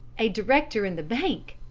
a director in the bank,